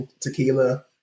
tequila